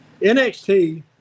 NXT